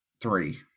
three